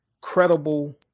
credible